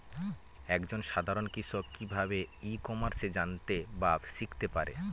এক জন সাধারন কৃষক কি ভাবে ই কমার্সে জানতে বা শিক্ষতে পারে?